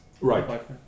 Right